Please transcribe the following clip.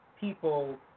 people